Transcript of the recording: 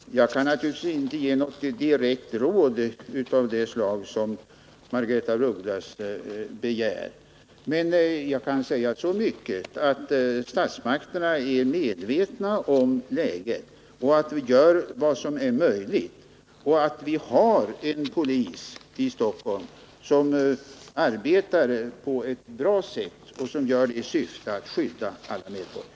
Herr talman! Jag kan naturligtvis inte ge något direkt råd av det slag som Margaretha af Ugglas begär. Men jag kan säga så mycket att statsmakterna är medvetna om läget och att de gör vad som är möjligt. Vi har också en polis i Stockholm som arbetar effektivt i syfte att skydda alla medborgare.